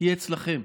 היא אצלכם.